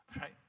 right